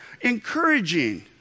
encouraging